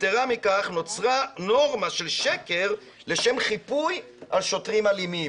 יתרה מכך נוצרה נורמה של שקר לשם חיפוי על שוטרים אלימים'.